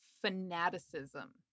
fanaticism